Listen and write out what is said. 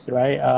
right